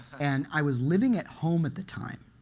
and i was living at home at the time.